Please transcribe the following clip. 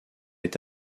est